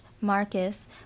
Marcus